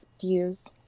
views